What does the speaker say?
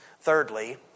Thirdly